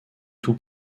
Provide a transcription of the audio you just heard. tout